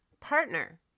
partner